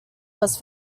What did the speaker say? was